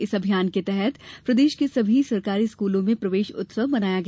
इस अभियान के तहत प्रदेश के सभी सरकारी स्कूलों में प्रवेश उत्सव मनाया गया